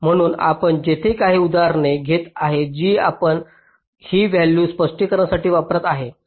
म्हणून आपण येथे काही उदाहरणे घेत आहोत जी आपण ही व्हॅल्यूज स्पष्टीकरणासाठी वापरत आहोत